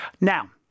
Now